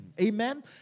Amen